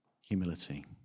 Humility